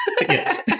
yes